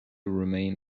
remain